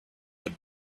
had